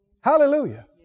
Hallelujah